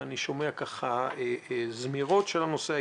ואני שומע זמירות בנושא.